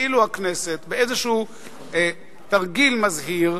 ואילו הכנסת, באיזה תרגיל מזהיר,